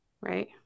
right